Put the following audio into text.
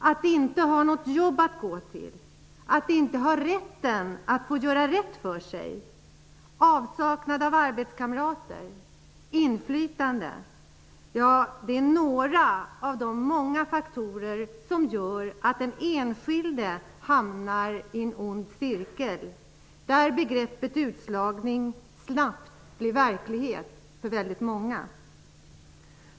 Att inte ha något jobb att gå till, att inte ha rätten att göra rätt för sig, avsaknad av arbetskamrater och inflytande -- ja, det är några av de många faktorer som gör att den enskilde hamnar i en ond cirkel, där begreppet ''utslagning'' snabbt blir verklighet för många.